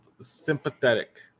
sympathetic